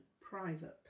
Private